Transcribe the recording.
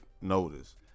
notice